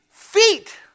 Feet